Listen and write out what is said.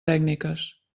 tècniques